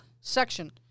section